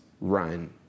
run